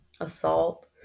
assault